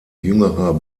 jüngerer